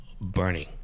burning